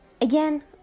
Again